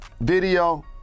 video